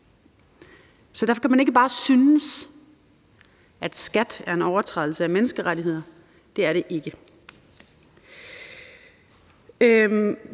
Så derfor kan man ikke bare synes, at skat er en overtrædelse af menneskerettighederne – det er det ikke.